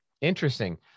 Interesting